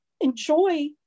enjoy